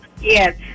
yes